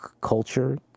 culture